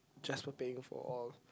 just for paying for all